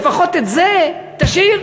לפחות את זה תשאיר.